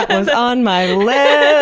ah was on my list! yeah